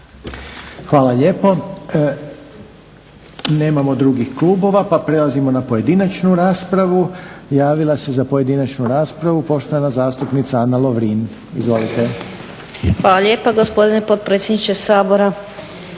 Hvala lijepo. Nema drugih klubova pa prelazimo na pojedinačnu raspravu. Javila se za pojedinačnu raspravu poštovana zastupnica Ana Lovrin. Izvolite. **Lovrin, Ana (HDZ)** Hvala lijepo gospodine potpredsjedniče Sabora.